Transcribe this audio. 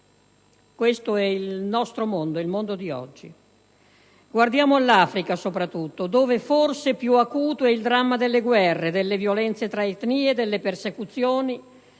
Questo è il nostro mondo, il mondo di oggi. Guardiamo all'Africa, soprattutto, dove forse più acuto è il dramma delle guerre, delle violenze tra etnie e delle persecuzioni